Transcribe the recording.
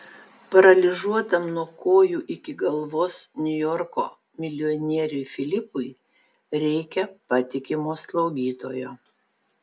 paralyžiuotam nuo kojų iki galvos niujorko milijonieriui filipui reikia patikimo slaugytojo